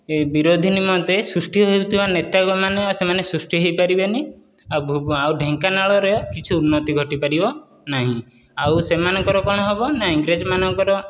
ବିରୋଧୀ ନିମନ୍ତେ ସୃଷ୍ଟି ହେଉଥିବା ନେତାଙ୍କ ସେମାନେ ସୃଷ୍ଟି ହୋଇପରିବେନି ଆଉ ଢେଙ୍କାନାଳରେ କିଛି ଉନ୍ନତି ଘଟିପାରିବ ନାହିଁ ଆଉ ସେମାନଙ୍କର କ'ଣ ହେବ ନା ଇଂରେଜ ମାନଙ୍କର